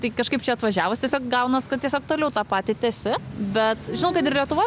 tai kažkaip čia atvažiavus tiesiog gaunas kad tiesiog toliau tą patį tęsi bet žinau kad ir lietuvoj